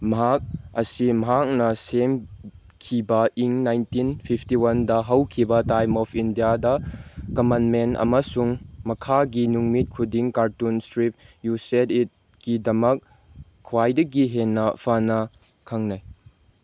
ꯃꯍꯥꯛ ꯑꯁꯤ ꯃꯍꯥꯛꯅ ꯁꯦꯝꯈꯤꯕ ꯏꯪ ꯅꯥꯏꯟꯇꯤꯟ ꯐꯤꯐꯇꯤ ꯋꯥꯟꯗ ꯍꯧꯈꯤꯕ ꯇꯥꯏꯝ ꯑꯣꯐ ꯏꯟꯗꯤꯌꯥꯗ ꯀꯃꯟ ꯃꯦꯟ ꯑꯃꯁꯨꯡ ꯃꯈꯥꯒꯤ ꯅꯨꯃꯤꯠ ꯈꯨꯗꯤꯡ ꯀꯥꯔꯇꯨꯟ ꯏꯁꯇ꯭ꯔꯤꯞ ꯌꯨ ꯁꯦꯠ ꯏꯠꯀꯤꯗꯃꯛ ꯈ꯭ꯋꯥꯏꯗꯒꯤ ꯍꯦꯟꯅ ꯐꯅ ꯈꯪꯂꯦ